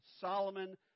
Solomon